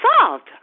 solved